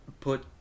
Put